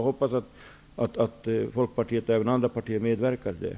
Jag hoppas att Folkpartiet och även andra partier medverkar till det.